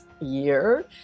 year